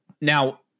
Now